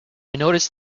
noticed